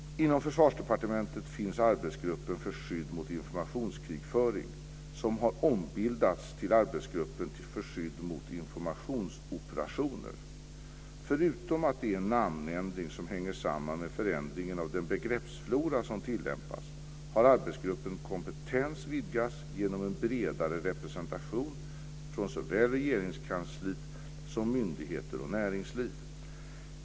Inom Försvarsdepartementet finns arbetsgruppen för skydd mot informationskrigföring som har ombildats till arbetsgruppen för skydd mot informationsoperationer . Förutom att det är en namnändring som hänger samman med förändringen av den begreppsflora som tillämpas har arbetsgruppens kompetens vidgats genom en bredare representation från såväl Regeringskansliet som myndigheter och näringsliv.